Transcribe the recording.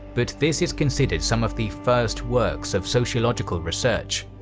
but this is considered some of the first works of sociological research.